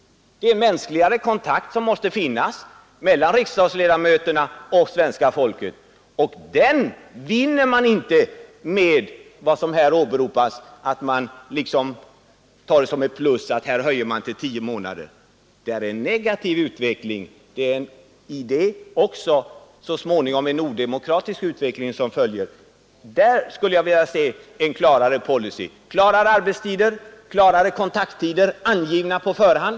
Det måste finnas en mänskligare kontakt mellan riksdagsledamöterna och svenska folket, och den vinner man inte med att förlänga riksdagsarbetet till tio månader, vilket man åberopar som ett plus. Det är en negativ utveckling och så småningom också en odemokratisk utveckling som följer. Där skulle jag vilja se en klarare policy: klarare arbetstider, klarare kontakttider, angivna på förhand.